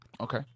Okay